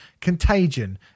contagion